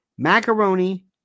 Macaroni